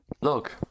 Look